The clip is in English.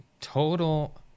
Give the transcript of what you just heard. total